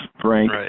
Frank